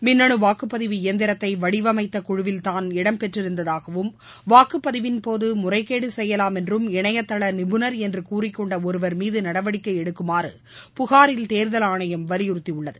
மின்னனு வாக்குப்பதிவு இயந்திரத்தை வடிவமைத்த குழுவில் தான் இடம்பெற்றிருந்தாகவும் வாக்குப்பதிவிள் போது முறைகேடு செய்யலாம் என்றும் இணையதள நிபுணர் என்று கூறிக்கொண்ட ஒருவர் மீது நடவடிக்கை எடுக்குமாறு புகாரில் தேர்தல் ஆணையம் வலியுறுத்தியுள்ளது